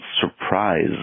surprise